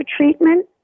treatment